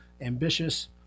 ambitious